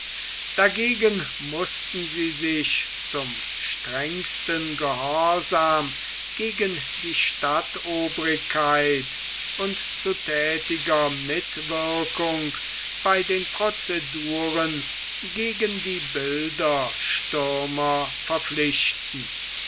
dagegen mußten sie sich zum strengsten gehorsam gegen die stadtobrigkeit und zu thätiger mitwirkung bei den prozeduren gegen die bilderstürmer verpflichten